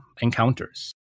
encounters